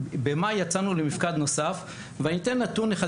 במאי יצאנו למפקד נוסף, ואני אתן נתון אחד.